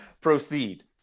Proceed